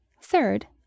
Third